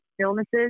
illnesses